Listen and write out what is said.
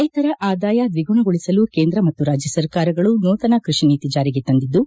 ರೈತರ ಆದಾಯ ದ್ವಿಗುಣಗೊಳಿಸಲು ಕೇಂದ್ರ ಮತ್ತು ರಾಜ್ಯ ಸರ್ಕಾರಗಳು ನೂತನ ಕೃಷಿ ನೀತಿ ಜಾರಿಗೆ ತಂದಿದ್ದು